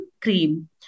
cream